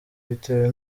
bitewe